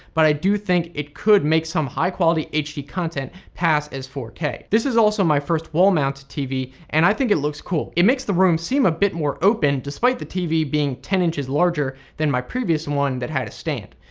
but i do think it could make some high quality hd content pass as four k. this is also my first wall mounted tv, and i think it looks cool, it makes the room seem a bit more open despite the tv being ten inches larger than my previous one that had a stand.